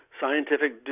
scientific